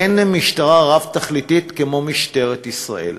אין משטרה רב-תכליתית כמו משטרת ישראל,